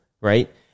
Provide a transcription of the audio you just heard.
right